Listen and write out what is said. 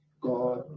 God